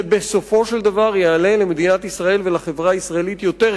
זה בסופו של דבר יעלה למדינת ישראל ולחברה הישראלית יותר כסף.